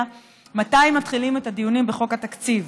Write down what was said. מתי מתחילים את הדיונים בחוק התקציב: